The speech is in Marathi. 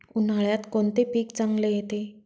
उन्हाळ्यात कोणते पीक चांगले येते?